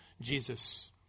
Jesus